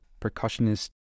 percussionist